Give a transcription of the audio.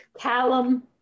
Callum